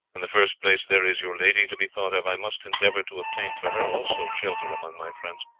in the first place, there is your lady to be thought of i must endeavour to obtain for her also shelter among my friends.